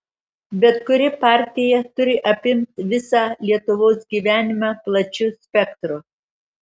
bet kuri partija turi apimt visą lietuvos gyvenimą plačiu spektru